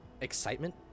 excitement